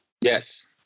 Yes